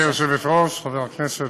גברתי היושבת-ראש, חבר הכנסת,